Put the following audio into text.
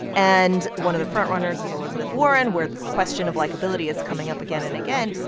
and one of the front-runners is elizabeth warren, where this question of likability is coming up again and again.